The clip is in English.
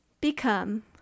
become